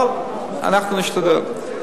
אבל אנחנו נשתדל.